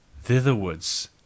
Thitherwards